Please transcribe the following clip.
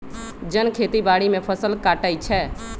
जन खेती बाड़ी में फ़सल काटइ छै